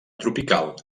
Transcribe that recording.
tropical